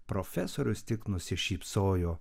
profesorius tik nusišypsojo